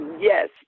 Yes